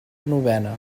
novena